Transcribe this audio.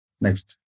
Next